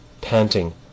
panting